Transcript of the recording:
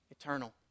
eternal